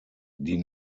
die